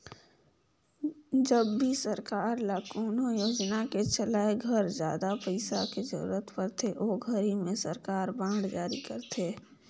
जब भी सरकार ल कोनो योजना के चलाए घर जादा पइसा के जरूरत परथे ओ घरी में सरकार बांड जारी करथे